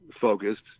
focused